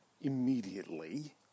immediately